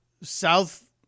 South